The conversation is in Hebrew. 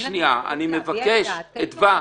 אין לנו זכות להביע את דעתנו?